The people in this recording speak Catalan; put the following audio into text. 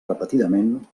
repetidament